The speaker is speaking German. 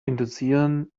induzieren